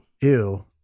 ew